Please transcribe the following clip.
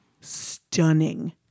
stunning